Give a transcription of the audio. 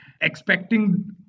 Expecting